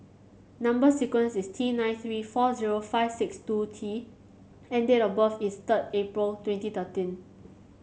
number sequence is T nine three four zero five six two T and date of birth is third April twenty thirteen